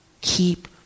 Keep